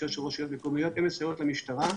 הרשויות המקומיות מסייעות למשטה.